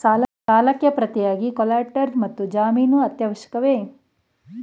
ಸಾಲಕ್ಕೆ ಪ್ರತಿಯಾಗಿ ಕೊಲ್ಯಾಟರಲ್ ಮತ್ತು ಜಾಮೀನು ಅತ್ಯವಶ್ಯಕವೇ?